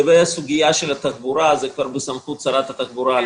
סוגיית התחבורה היא בסמכות שרת התחבורה,